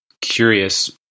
curious